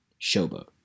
showboat